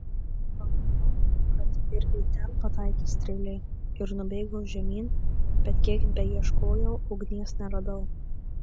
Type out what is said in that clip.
pamaniau kad ir į ten pataikė strėlė ir nubėgau žemyn bet kiek beieškojau ugnies neradau